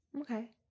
okay